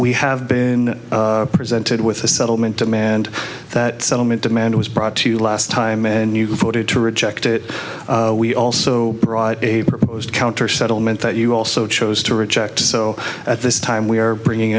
we have been presented with a settlement demand that settlement demand was brought to you last time and you voted to reject it we also brought a counter settlement that you also chose to reject so at this time we are bringing